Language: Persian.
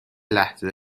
لحظه